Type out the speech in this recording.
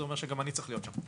זה אומר שגם אני צריך להיות שם.